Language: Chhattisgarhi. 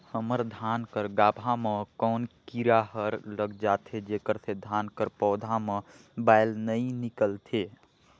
हमर धान कर गाभा म कौन कीरा हर लग जाथे जेकर से धान कर पौधा म बाएल नइ निकलथे?